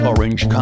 Orange